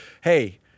hey